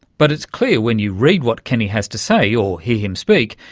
but it's clear when you read what kenny has to say or hear him speak,